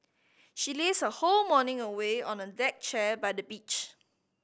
she lazed her whole morning away on a deck chair by the beach